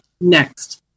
next